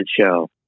show